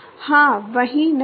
हाँ वही नहीं